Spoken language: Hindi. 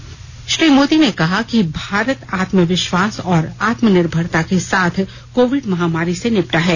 श्री नरेन्द्र मोदी ने कहा कि भारत आत्मविश्वास और आत्मनिर्भरता के साथ कोविड महामारी से निपटा है